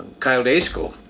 kyle, day school.